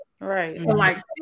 Right